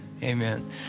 amen